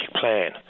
plan